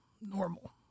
normal